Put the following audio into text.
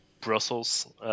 Brussels